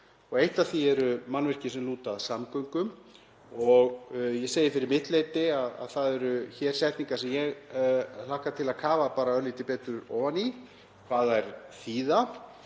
Eitt af því eru mannvirki sem lúta að samgöngum. Ég segi fyrir mitt leyti að það eru hér setningar sem ég hlakka til að kafa örlítið betur ofan í, hvað þær þýða